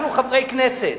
אנחנו חברי כנסת,